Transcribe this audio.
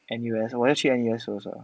N_U_S 我会去 N_U_S also